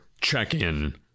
check-in